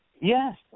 Yes